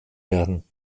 werden